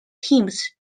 teams